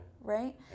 Right